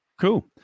Cool